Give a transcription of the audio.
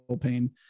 pain